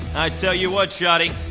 i tell you what, shotty,